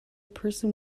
person